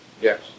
Yes